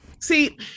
see